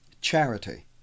charity